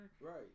Right